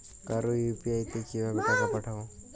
কারো ইউ.পি.আই তে কিভাবে টাকা পাঠাবো?